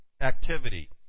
activity